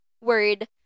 word